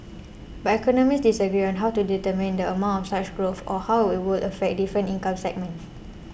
but economists disagree on how to determine the amount of such growth or how it would affect different income segments